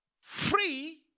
free